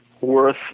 worth